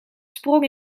sprong